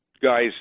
guys